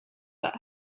that